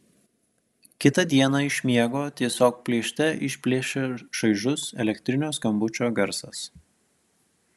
kitą dieną iš miego tiesiog plėšte išplėšia šaižus elektrinio skambučio garsas